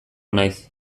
naiz